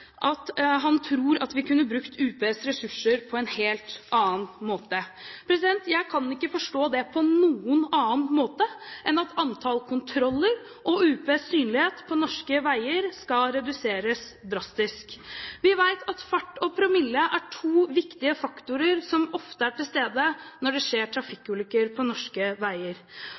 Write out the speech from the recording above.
at han tror at vi kunne brukt UPs ressurser på en helt annen måte. Jeg kan ikke forstå det på noen annen måte enn at antall kontroller og UPs synlighet på norske veier skal reduseres drastisk. Vi vet at fart og promille er to viktige faktorer som ofte er til stede når det skjer trafikkulykker på norske veier.